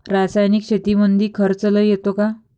रासायनिक शेतीमंदी खर्च लई येतो का?